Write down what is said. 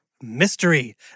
Mystery